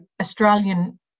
Australian